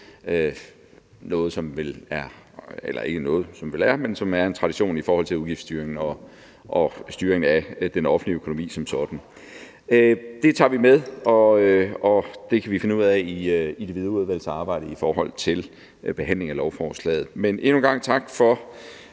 noget, som er en tradition i forhold til udgiftsstyring og styring af den offentlige økonomi som sådan. Det tager vi med, og det kan vi finde ud af i det videre udvalgsarbejde i forhold til behandling af lovforslaget. Men endnu en gang tak for